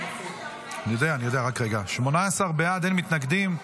18 בעד, אין מתנגדים.